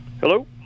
hello